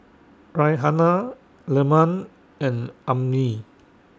Raihana Leman and Ummi